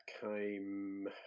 came